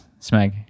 smeg